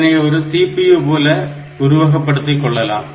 இதனை ஒரு CPU போல உருவகப்படுத்திக்கொள்ளலாம்